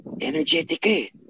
energetic